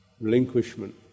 relinquishment